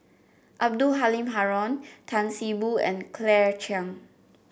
Abdul Halim Haron Tan See Boo and Claire Chiang